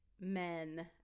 men